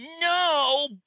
no